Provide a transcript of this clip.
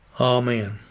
Amen